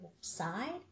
side